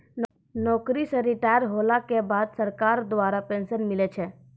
नौकरी से रिटायर होला के बाद सरकार द्वारा पेंशन मिलै छै